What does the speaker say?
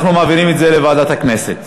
אנחנו מעבירים את זה לוועדת הכנסת.